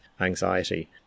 anxiety